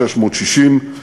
660,